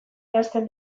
janzten